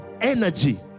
energy